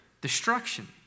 destruction